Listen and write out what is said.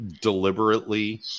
deliberately